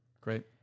Great